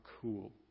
cool